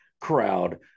crowd